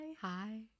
Hi